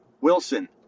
Wilson